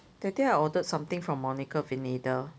that day I ordered something from Monica Vinader